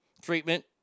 treatment